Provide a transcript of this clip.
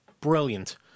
brilliant